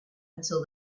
until